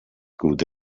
good